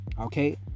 Okay